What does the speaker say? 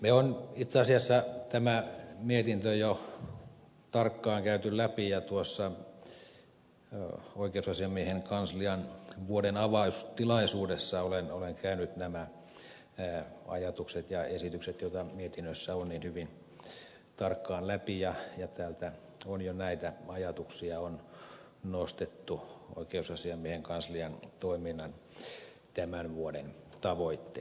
me olemme itse asiassa tämän mietinnön jo tarkkaan käyneet läpi ja oikeusasiamiehen kanslian vuoden avaustilaisuudessa olen käynyt nämä ajatukset ja esitykset joita mietinnössä on hyvin tarkkaan läpi ja täältä on jo näitä ajatuksia nostettu oikeusasiamiehen kanslian toiminnan tämän vuoden tavoitteisiin